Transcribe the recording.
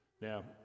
Now